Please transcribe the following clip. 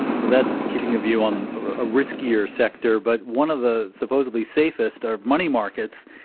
so that's keeping a view on a riskier sector, but one of the supposedly safest are money markets,